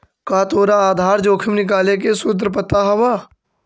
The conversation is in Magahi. का तोरा आधार जोखिम निकाले के सूत्र पता हवऽ?